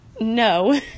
No